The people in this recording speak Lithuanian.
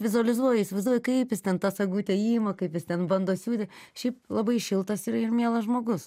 vizualizuoju įsivaizduoju kaip jis ten tą sagutę ima kaip jis ten bando siūti šiaip labai šiltas ir ir mielas žmogus